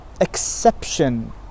exception